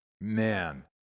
man